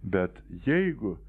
bet jeigu